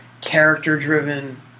character-driven